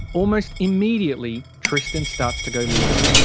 almost immediately, tristan starts to go limp.